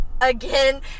again